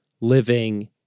living